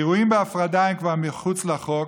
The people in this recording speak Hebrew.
אירועים בהפרדה הם כבר מחוץ לחוק.